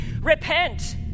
repent